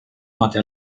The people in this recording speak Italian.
note